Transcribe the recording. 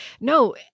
No